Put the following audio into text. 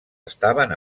estaven